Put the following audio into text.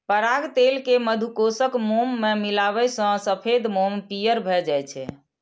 पराग तेल कें मधुकोशक मोम मे मिलाबै सं सफेद मोम पीयर भए जाइ छै